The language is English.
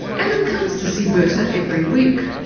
adam comes to see bertha every week.